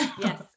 Yes